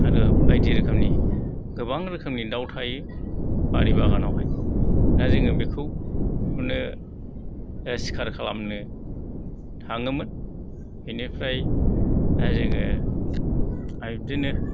आरो बायदि रोखोमनि गोबां रोखोमनि दाउ थायो बारि बागानावहाय दा जोङो बेखौ माने सिखार खालामनो थाङोमोन बेनिफ्राय जोङो बिब्दिनो